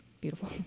beautiful